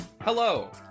Hello